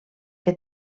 que